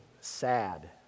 sad